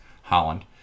Holland